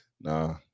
Nah